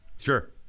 Sure